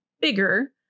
bigger